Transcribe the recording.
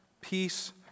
peace